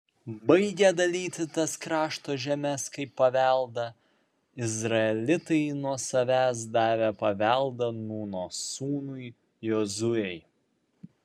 baigę dalyti tas krašto žemes kaip paveldą izraelitai nuo savęs davė paveldą nūno sūnui jozuei